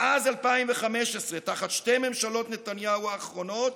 מאז 2015, תחת שתי ממשלות נתניהו האחרונות,